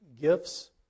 gifts